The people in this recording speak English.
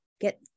get